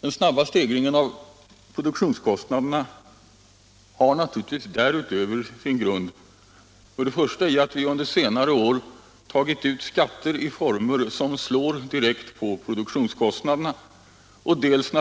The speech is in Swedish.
Den snabba stegringen av produktionskostnaderna har naturligtvis därutöver sin grund dels i att vi under senare år tagit ut skatter i former som slår direkt på produktionskostnaderna, dels